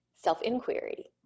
self-inquiry